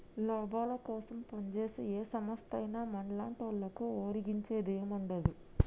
లాభాలకోసం పంజేసే ఏ సంస్థైనా మన్లాంటోళ్లకు ఒరిగించేదేముండదు